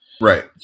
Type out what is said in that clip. Right